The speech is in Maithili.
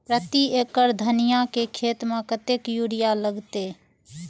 प्रति एकड़ धनिया के खेत में कतेक यूरिया लगते?